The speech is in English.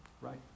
right